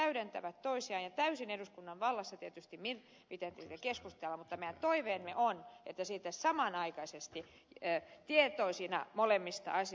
ne täydentävät toisiaan ja täysin eduskunnan vallassa tietysti on miten tästä keskustellaan mutta meidän toiveemme on että se tapahtuu samanaikaisesti tietoisina molemmista asioista